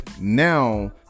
now